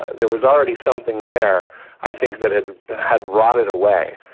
there was already something there i think that had had rotted away,